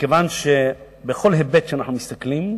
מכיוון שבכל היבט שאנחנו מסתכלים,